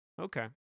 Okay